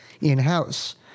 in-house